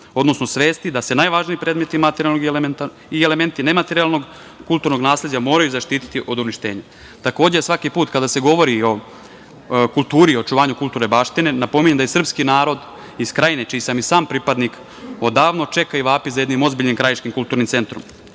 odnosno svesti da se najvažniji predmeti materijalnog i elementi nematerijalnog kulturnog nasleđa moraju zaštiti od uništenja. Takođe, svaki put kada se govori o kulturi i očuvanju kulturne baštine napominjem da srpski narod iz Krajine, čiji sam i sam pripadnik, odavno čeka i vapi za jednim ozbiljnim krajiškim kulturnim centrom.